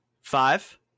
five